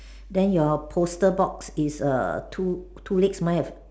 then your poster box is err two two legs mine have